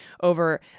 over